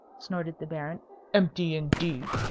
snorted the baron empty indeed.